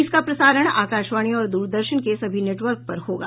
इसका प्रसारण आकाशवाणी और द्रदर्शन के सभी नेटवर्क पर होगा